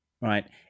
right